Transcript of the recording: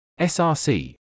src